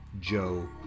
Joe